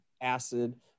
acid